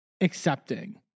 accepting